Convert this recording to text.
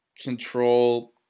Control